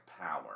power